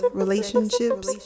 relationships